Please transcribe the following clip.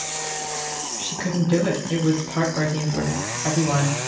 she couldn't do it, it was heartbreaking for everyone,